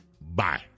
Bye